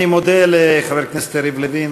אני מודה לחבר הכנסת יריב לוין,